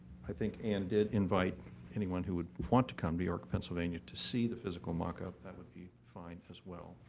i think ann did invite anyone who would want to come to york, pennsylvania to see the physical mockup. that would be fine, as well.